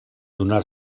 donar